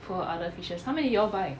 poor other fish how many you all buy